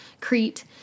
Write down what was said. Crete